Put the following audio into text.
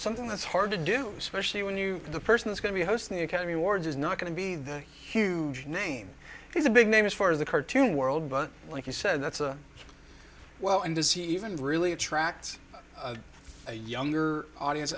something that's hard to do especially when you the person is going to host the academy awards is not going to be the huge name he's a big name as far as the cartoon world but like he said that's a well and does he even really attract a younger audience